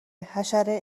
حشره